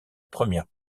première